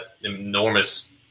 enormous